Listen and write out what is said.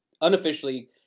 unofficially